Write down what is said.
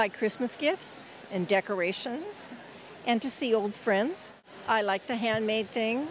buy christmas gifts and decorations and to see old friends i like the handmade thing